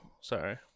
Sorry